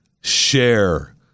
Share